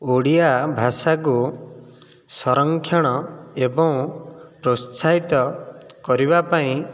ଓଡ଼ିଆ ଭାଷାକୁ ସଂରକ୍ଷଣ ଏବଂ ପ୍ରୋତ୍ସାହିତ କରିବାପାଇଁ